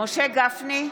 משה גפני,